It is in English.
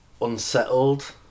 unsettled